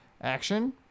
Action